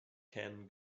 ken